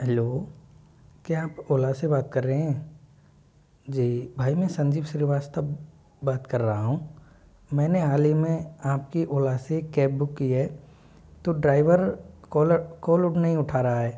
hello क्या आप ओला से बात कर रहे हैं जी भाई मैं संजीव श्रीवास्तव बत कर रहा हूँ मैंने हाल ही में आपकी औला से कैब बुक की है तो ड्राइवर कॉल कॉल नहीं उठा रहा है